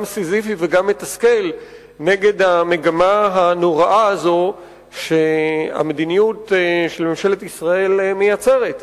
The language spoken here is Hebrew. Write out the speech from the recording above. סיזיפי וגם מתסכל נגד המגמה הנוראה הזאת שהמדיניות של ממשלת ישראל מייצרת.